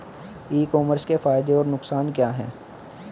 ई commerce के फायदे और नुकसान क्या हैं?